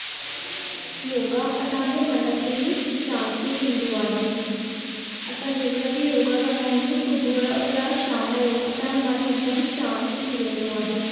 योगा असांजे मन खे बि शांती ॾींदो आहे असां जंहिंमहिल बि योगा कंदा आहियूं सुबुह जो या शाम जो असांजो मन हिकदमि शांति थी वेंदो आहे